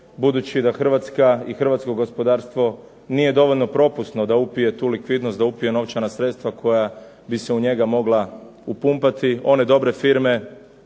budući da Hrvatska i Hrvatsko gospodarstvo nije dovoljno propusno da upije tu likvidnost da upije novčana sredstva koja bi se mogla u njega upumpati, one dobre firme